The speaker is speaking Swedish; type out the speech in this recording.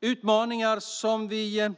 Det är utmaningar som vi